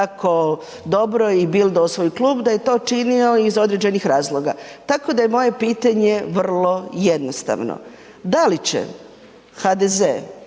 tako dobro i bildao svoj klub, da je to činio iz određenih razloga. Tako da je moje pitanje vrlo jednostavno. Da li će HDZ